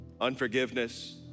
unforgiveness